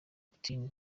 putin